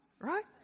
right